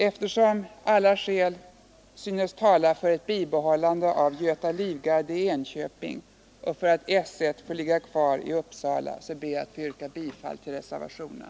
Eftersom alla skäl synes tala för ett bibehållande av Göta livgarde i Enköping och för att S 1 får ligga kvar i Uppsala, ber jag att få yrka bifall till reservationen.